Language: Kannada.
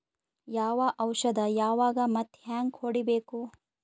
ಯಾವ ಔಷದ ಯಾವಾಗ ಮತ್ ಹ್ಯಾಂಗ್ ಹೊಡಿಬೇಕು?